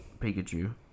Pikachu